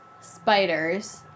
spiders